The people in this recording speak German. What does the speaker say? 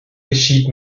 geschieht